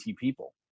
people